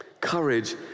Courage